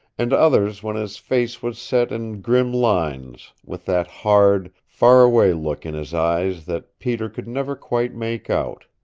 and others when his face was set in grim lines, with that hard, far-away look in his eyes that peter could never quite make out.